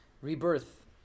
rebirth